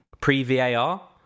pre-VAR